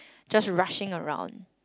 just rushing around